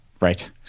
Right